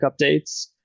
updates